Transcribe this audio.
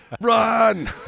run